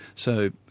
so,